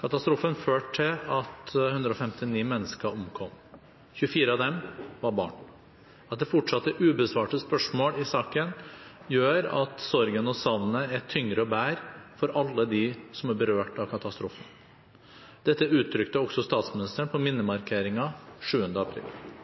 Katastrofen førte til at 159 mennesker omkom. 24 av dem var barn. At det fortsatt er ubesvarte spørsmål i saken, gjør at sorgen og savnet er tyngre å bære for alle dem som er berørt av katastrofen. Dette uttrykte også statsministeren på minnemarkeringen 7. april.